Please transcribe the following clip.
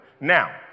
Now